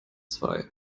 zwei